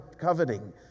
coveting